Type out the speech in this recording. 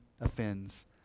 offends